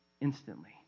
instantly